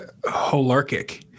holarchic